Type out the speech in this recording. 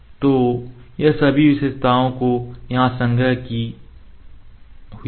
तो यह सभी विशेषताओं की यहां संग्रह की हुई है